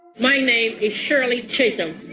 my name is shirley chisholm.